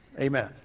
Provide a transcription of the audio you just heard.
Amen